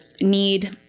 need